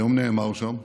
היום נאמר שם,